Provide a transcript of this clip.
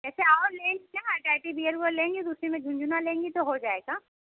ऐसे और लेंगी ना टेडी बीयर वो लेंगी तो उसी में झुनझुना लेंगी तो हो जायेगा